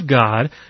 God